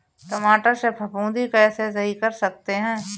टमाटर से फफूंदी कैसे सही कर सकते हैं?